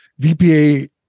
vpa